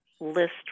list